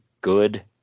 good